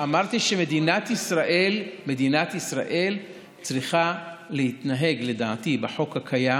אמרתי שמדינת ישראל צריכה להתנהג לדעתי לפי החוק הקיים.